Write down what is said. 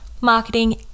marketing